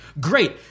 great